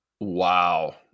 Wow